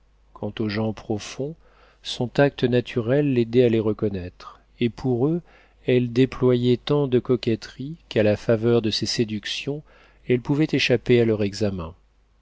quant aux gens profonds son tact naturel l'aidait à les reconnaître et pour eux elle déployait tant de coquetterie qu'à la faveur de ses séductions elle pouvait échapper à leur examen